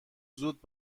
زود